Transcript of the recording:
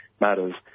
matters